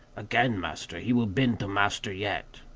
again, master he will bend to master yet.